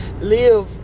live